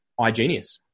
iGenius